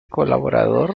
colaborador